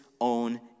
own